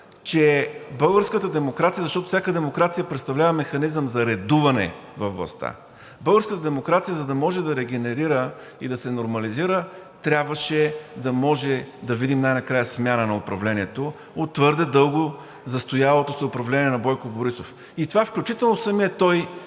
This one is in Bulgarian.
че българската демокрация – защото всяка демокрация представлява механизъм за редуване във властта, българската демокрация, за да може да се регенерира и да се нормализира, трябваше да може да видим най-края смяна на управлението от твърде дълго застоялото се управление на Бойко Борисов. Това включително и самият той